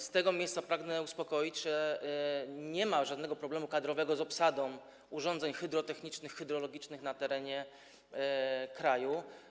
Z tego miejsca pragnę uspokoić, że nie ma żadnego problemu kadrowego z obsadą urządzeń hydrotechnicznych, hydrologicznych na terenie kraju.